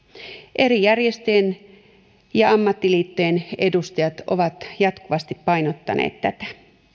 eri järjestöjen ja ammattiliittojen edustajat ovat jatkuvasti painottaneet tätä